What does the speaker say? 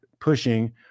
pushing